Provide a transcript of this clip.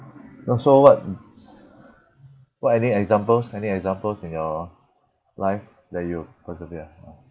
no so what what any examples any examples in your life that you persevere